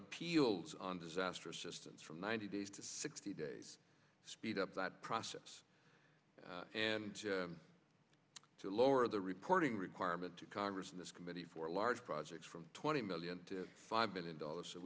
appeals on disaster assistance from ninety days to sixty days to speed up that process and to lower the reporting requirement to congress and this committee for large projects from twenty million to five billion dollars so